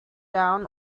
down